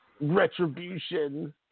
Retribution